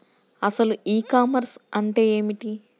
అసలు e commerce అంటే ఏమిటి?